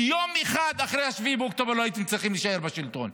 כי יום אחד אחרי 7 באוקטובר לא הייתם צריכים להישאר בשלטון.